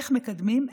איך מקדמים,